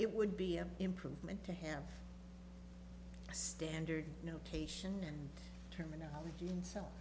it would be an improvement to have standard notation and terminology and so